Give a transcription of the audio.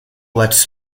lets